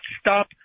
stop